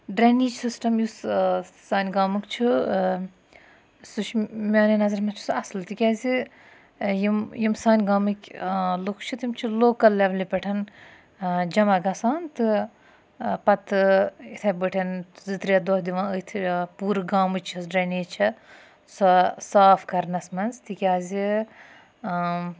drainage system یُس سانہِ گامُک چھُ سُہ چھُ میٛانٮ۪ن نظرَن منٛز چھِ سُہ اَصٕل تِکیٛازِ یِم یِم سٲنۍ گامٕکۍ لُکھ چھِ تِم چھِ لوکَل لٮ۪ولہِ پٮ۪ٹھ جمع گژھان تہٕ پَتہٕ اِتھَے پٲٹھۍ زٕ ترٛےٚ دۄہ دِوان أتھۍ پوٗرٕ گامٕچ یۄس ڈرٛنیج چھےٚ سۄ صاف کَرنَس منٛز تِکیٛازِ